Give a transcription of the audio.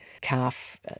calf